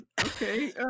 Okay